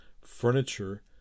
Furniture